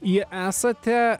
į esate